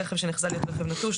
"רכב שנחזה להיות רכב נטוש",